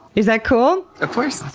is that cool? of course.